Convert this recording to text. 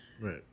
Right